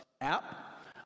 app